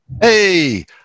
Hey